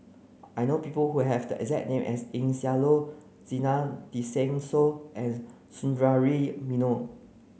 I know people who have the exact name as Eng Siak Loy Zena Tessensohn and Sundaresh Menon